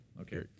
Okay